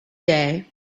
day